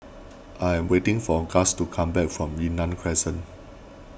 I am waiting for Gust to come back from Yunnan Crescent